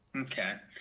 okay,